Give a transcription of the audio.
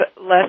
less